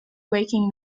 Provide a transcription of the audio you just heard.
waking